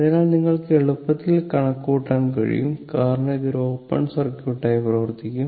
അതിനാൽ നിങ്ങൾക്ക് എളുപ്പത്തിൽ കണക്കുകൂട്ടാൻ കഴിയും കാരണം ഇത് ഒരു ഓപ്പൺ സർക്യൂട്ടായി പ്രവർത്തിക്കും